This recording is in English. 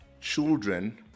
children